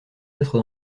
être